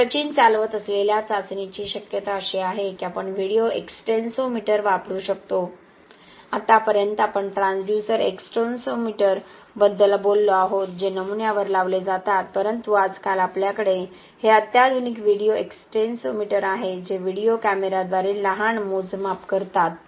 आणि सचिन चालवत असलेल्या चाचणीची शक्यता अशी आहे की आपण व्हिडिओ एक्सटेन्सोमीटर वापरू शकतो आतापर्यंत आपण ट्रान्सड्यूसर एक्स्टेन्सोमीटर बद्दल बोललो आहोत जे नमुन्यावर लावले जातात परंतु आजकाल आपल्याकडे हे अत्याधुनिक व्हिडिओ एक्स्टेन्सोमीटर आहेत जे व्हिडिओ कॅमेराद्वारे लहान मोजमाप करतात